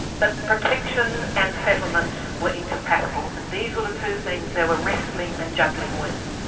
but protection and settlement were incompatible, and these were the two things they were wrestling and juggling with.